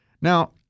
Now